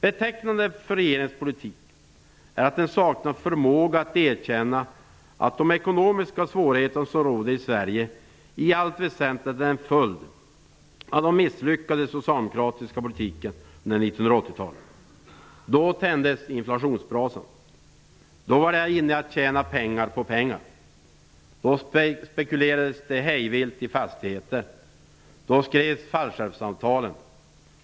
Betecknande för regeringens politik är att den saknar förmåga att erkänna att de ekonomiska svårigheter som råder i Sverige i allt väsentligt är en följd av den misslyckade socialdemokratiska politiken under 1980-talet. Då tändes inflationsbrasan. Då var det inne att tjäna pengar på pengar. Då spekulerades det hej vilt i fastigheter. Då skrevs fallskärmsavtalen.